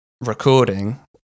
recording